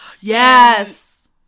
yes